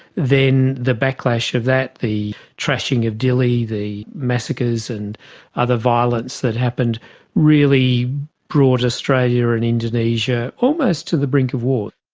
then the backlash of that, the trashing of dili, the massacres and other violence that happened really brought australia and indonesia almost to the brink of war.